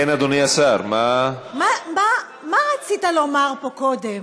מה רצית לומר פה קודם